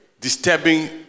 disturbing